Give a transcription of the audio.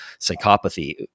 psychopathy